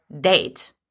date